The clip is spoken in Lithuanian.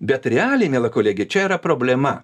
bet realiai miela kolege čia yra problema